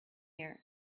here